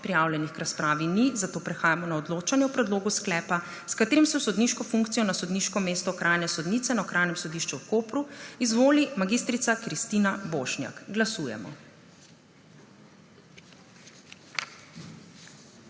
Prijavljenih k razpravi ni, zato prehajamo na odločanje o predlogu sklepa, s katerim se v sodniško funkcijo na sodniško mesto okrajne sodnice na Okrajnem sodišču v Kopru izvoli mag. Kristina Bošnjak. Glasujemo.